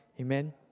Amen